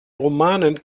romanen